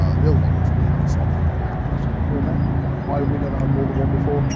um the other one is we have a soc that can now address a lot more memory. why why have we never had more than one before?